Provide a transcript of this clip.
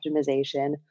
Optimization